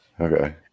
Okay